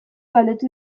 galdetu